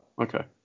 okay